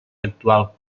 actual